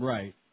Right